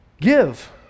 give